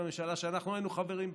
בממשלה שאנחנו היינו חברים בה.